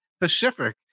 Pacific